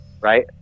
right